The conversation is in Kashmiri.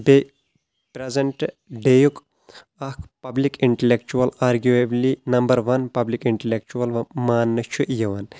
بییٚہ پریٚزنٹ ڈے یُک اکھ public intellectual arguably number one public intellectual ماننہٕ چھُ یِوان